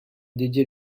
dédié